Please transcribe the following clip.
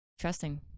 trusting